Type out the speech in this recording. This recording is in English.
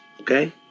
Okay